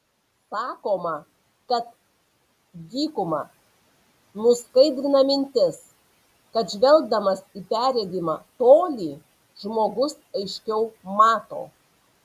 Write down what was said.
sakoma kad dykuma nuskaidrina mintis kad žvelgdamas į perregimą tolį žmogus aiškiau mato